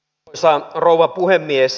arvoisa rouva puhemies